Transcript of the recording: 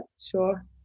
sure